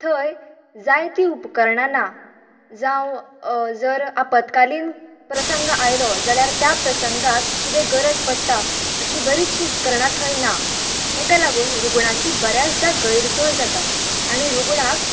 थंय जाय तीं उपकरणां ना जावं जर आपतकालीन प्रसंग आयलो जाल्यार त्या प्रसंगाक किदें गरज पडटा अशीं बरीचशीं उपकरणां थंय ना तेका लागून रुग्णाची बऱ्याचदा गैरसोय जाता आनी रुग्णाक